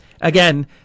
again